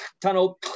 Tunnel